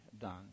done